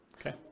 Okay